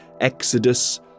exodus